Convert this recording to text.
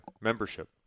membership